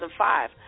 2005